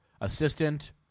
assistant